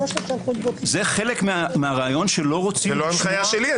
זה לא הנחיה שלי.